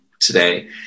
today